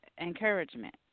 encouragement